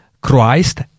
Christ